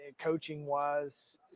coaching-wise